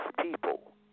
people